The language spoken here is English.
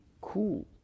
cool